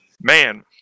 Man